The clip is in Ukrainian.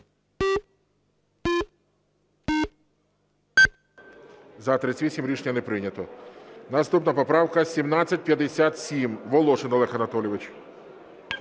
За-38 Рішення не прийнято. Наступна поправка 1757. Волошин Олег Анатолійович.